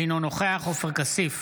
אינו נוכח עופר כסיף,